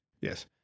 Yes